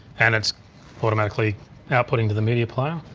and it's automatically outputting to the media player.